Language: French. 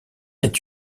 est